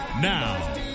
Now